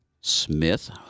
Smith